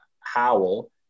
Howell